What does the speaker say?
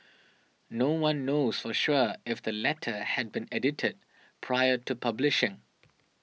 no one knows for sure if the letter had been edited prior to publishing